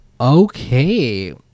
Okay